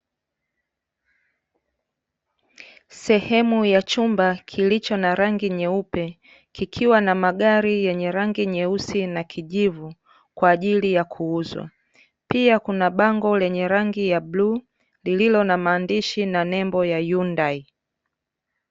Sehemu ya chumba kilicho na rangi nyeupe, kikiwa na magari yenye rangi nyeusi na kijivu, kwa ajili ya kuuzwa. Pia kuna bango lenye rangi ya bluu lililo na maandishi na nembo ya hyundai.